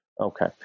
Okay